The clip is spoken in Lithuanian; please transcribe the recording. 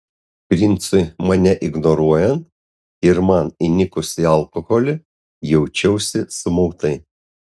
princui mane ignoruojant ir man įnikus į alkoholį jaučiausi sumautai